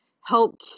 help